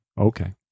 Okay